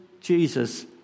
Jesus